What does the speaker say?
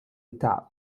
التعب